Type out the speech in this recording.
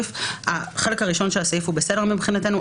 החלק הראשון של הסעיף בסדר מבחינתנו,